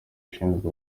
ushinzwe